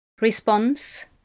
Response